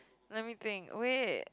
let me think wait